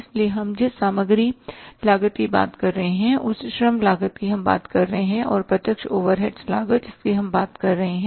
इसलिए हम जिस सामग्री लागत की बात कर रहे हैं उस श्रम लागत की हम बात कर रहे हैं और प्रत्यक्ष ओवरहेड लागत जिसकी हम बात कर रहे हैं